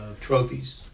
trophies